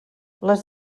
les